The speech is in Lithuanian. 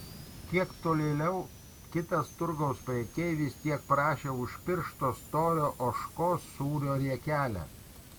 kiek tolėliau kitas turgaus prekeivis tiek prašė už piršto storio ožkos sūrio riekelę